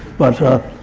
but